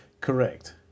Correct